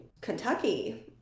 Kentucky